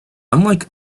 like